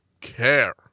care